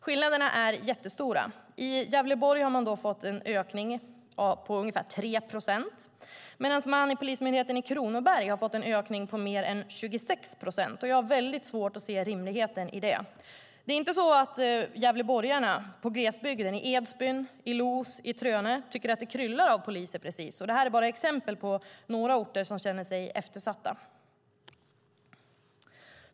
Skillnaderna är jättestora - i Gävleborg har man fått en ökning på ungefär 3 procent, medan man vid Polismyndigheten i Kronoberg har fått en ökning på mer än 26 procent. Jag har väldigt svårt att se rimligheten i detta. Det är inte så att gävleborgarna i glesbygden - i Edsbyn, Loos och Trönö - tycker att det kryllar av poliser, precis. Detta är bara några av de orter som känner sig eftersatta.